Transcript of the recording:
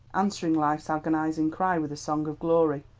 answering life's agonizing cry with a song of glory.